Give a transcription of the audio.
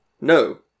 No